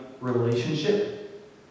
relationship